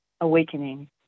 awakening